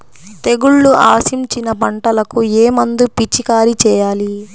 తెగుళ్లు ఆశించిన పంటలకు ఏ మందు పిచికారీ చేయాలి?